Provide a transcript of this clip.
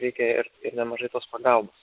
reikia ir nemažai tos pagalbos